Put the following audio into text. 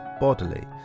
bodily